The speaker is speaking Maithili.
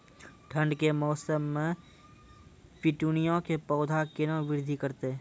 ठंड के मौसम मे पिटूनिया के पौधा केना बृद्धि करतै?